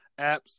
apps